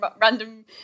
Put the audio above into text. random